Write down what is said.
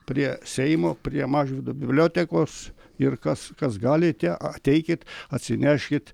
prie seimo prie mažvydo bibliotekos ir kas kas galite ateikit atsineškit